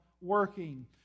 working